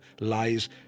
lies